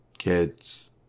Kids